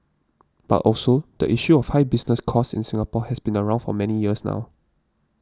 but also the issue of high business costs in Singapore has been around for many years now